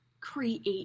create